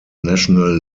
national